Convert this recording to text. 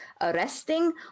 arresting